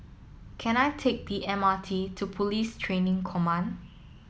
can I take the M R T to Police Training Command